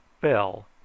bell